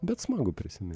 bet smagu prisimin